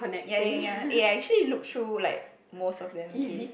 ya ya ya eh I actually look through like most of them okay